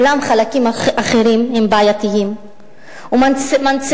אולם חלקים אחרים הם בעייתיים ומנציחים